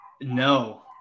No